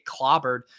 clobbered